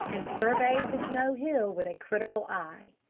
and surveyed the snow hill with a critical eye.